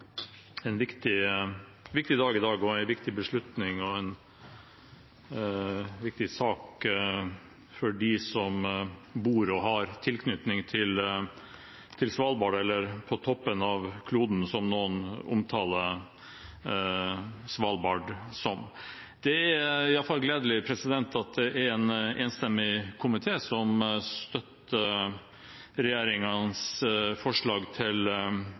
en viktig dag i dag, og det er en viktig beslutning og en viktig sak for dem som bor på og har tilknytning til Svalbard – eller toppen av kloden, som noen omtaler Svalbard som. Det er iallfall gledelig at det er en enstemmig komité som støtter regjeringens forslag til